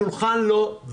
שולחן לא,